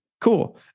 cool